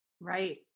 Right